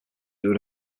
would